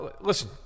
Listen